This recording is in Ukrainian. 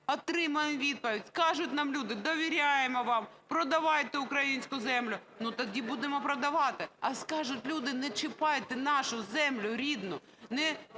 Отримаємо відповідь. Скажуть нам люди: "довіряємо вам, продавайте українську землю", - тоді будемо продавати. А скажуть люди: "не чіпайте нашу землю рідну,